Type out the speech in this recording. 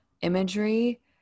imagery